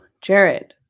Jared